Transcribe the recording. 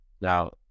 Now